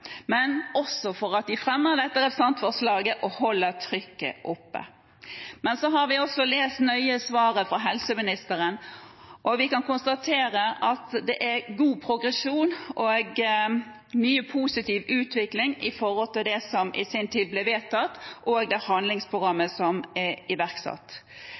men også for at de fremmer dette representantforslaget og holder trykket oppe. Så har vi også lest nøye svaret fra helseministeren, og vi kan konstatere at det er god progresjon og mye positiv utvikling i forhold til det som i sin tid ble vedtatt, og det handlingsprogrammet som er iverksatt.